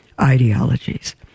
ideologies